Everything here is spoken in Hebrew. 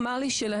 הוא אמר לי שלהם,